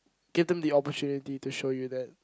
give them the opportunity to show you that